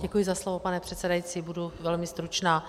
Děkuji za slovo, pane předsedající, budu velmi stručná.